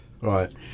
Right